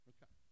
Okay